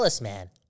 man